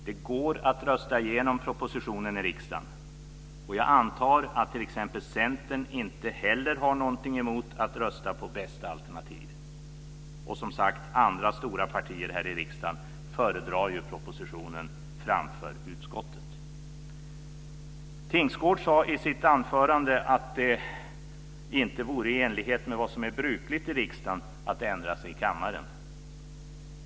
Det går att rösta igenom propositionen i riksdagen. Jag antar att t.ex. Centern inte heller har någonting emot att rösta på det bästa alternativet. Och, som sagt, andra stora partier här i riksdagen föredrar ju propositionen framför utskottsförslaget. Tingsgård sade i sitt anförande att det inte vore i enlighet med vad som är brukligt i riksdagen att ändra sig i kammaren.